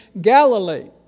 Galilee